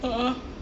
ah ah